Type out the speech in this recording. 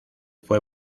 fue